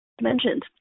mentioned